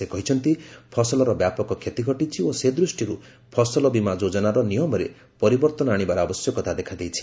ସେ କହିଛନ୍ତି ଫସଲର ବ୍ୟାପକ କ୍ଷତି ଘଟିଛି ଓ ସେ ଦୃଷ୍ଟିରୁ ଫସଲବୀମା ଯୋଜନାର ନିୟମରେ ପରିବର୍ତ୍ତନ ଆଣିବାର ଆବଶ୍ୟକତା ଦେଖାଦେଇଛି